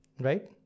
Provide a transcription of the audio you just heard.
right